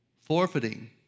forfeiting